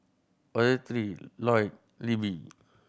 Ottilie Lloyd Libbie